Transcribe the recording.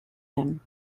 him